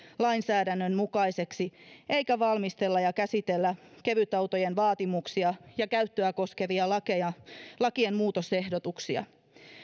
lainsäädännön mukaisiksi eikä valmistella ja käsitellä kevytautojen vaatimuksia ja käyttöä koskevia lakeja ja lakien muutosehdotuksia